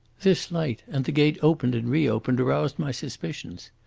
this light and the gate opened and reopened aroused my suspicions.